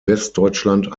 westdeutschland